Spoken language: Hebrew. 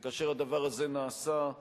כאשר הדבר הזה נעשה,